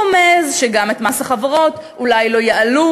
הוא רומז שגם את מס החברות אולי לא יעלו.